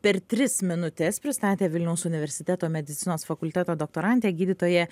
per tris minutes pristatė vilniaus universiteto medicinos fakulteto doktorantė gydytoja